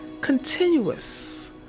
continuous